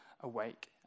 awake